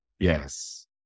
Yes